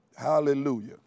hallelujah